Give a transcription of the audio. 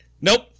Nope